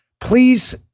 please